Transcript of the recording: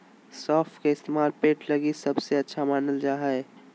सौंफ के इस्तेमाल पेट लगी बहुते अच्छा मानल जा हय